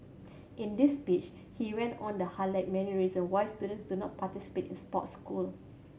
in this speech he went on the highlight many reason why students do not participate in sports school